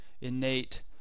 innate